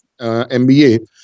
MBA